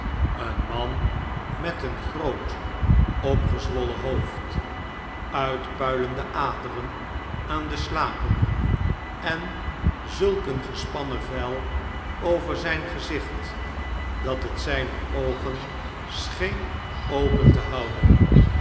een man met een groot opgezwollen hoofd uitpuilende aderen aan de slapen en zulk een gespannen vel over zijn gezicht dat het zijne oogen scheen open te houden